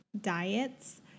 diets